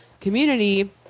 community